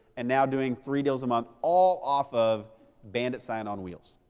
and now doing three deals a month, all off of bandit sign on wheels,